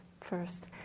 first